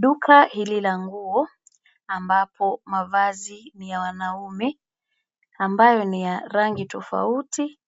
Duka hili la nguo ambapo mavazi ni ya wanaume, ambayo ni ya rangi tofauti